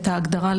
את ההגדרה,